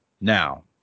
now